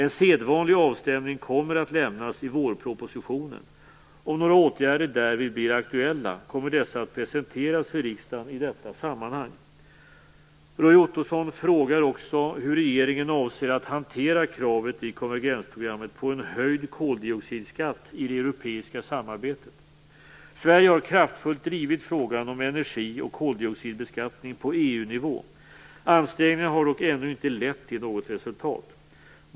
En sedvanlig avstämning kommer att lämnas i vårpropositionen. Om några åtgärder därvid blir aktuella kommer dessa att presenteras för riksdagen i detta sammanhang. Roy Ottosson frågar också hur regeringen avser att hantera kravet i konvergensprogrammet på en höjd koldioxidskatt i det europeiska samarbetet. Sverige har kraftfullt drivit frågan om energi och koldioxidbeskattning på EU-nivå. Ansträngningarna har dock ännu inte lett till något resultat.